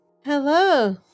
Hello